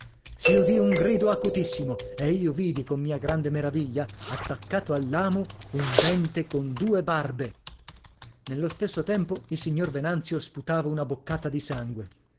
udì un grido acutissimo e io vidi con mia grande meraviglia attaccato all'amo un dente con due barbe nello stesso tempo il signor venanzio sputava una boccata di sangue